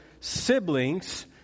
siblings